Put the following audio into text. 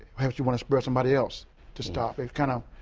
perhaps you want to spare somebody else to stop. it's kind of